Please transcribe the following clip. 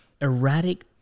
erratic